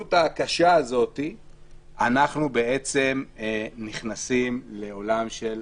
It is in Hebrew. במציאות הקשה הזאת אנחנו נכנסים לעולם של הקורונה.